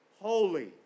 holy